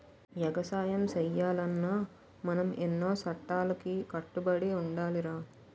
ఎగసాయం సెయ్యాలన్నా మనం ఎన్నో సట్టాలకి కట్టుబడి ఉండాలిరా